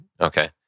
Okay